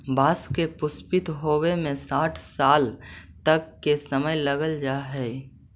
बाँस के पुष्पित होवे में साठ साल तक के समय लग जा हइ